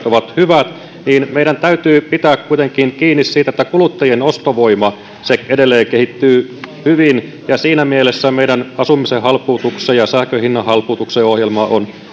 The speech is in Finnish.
ovat hyvät meidän täytyy pitää kuitenkin kiinni siitä että kuluttajien ostovoima edelleen kehittyy hyvin ja siinä mielessä meidän asumisen halpuutuksen ja sähkön hinnan halpuutuksen ohjelma on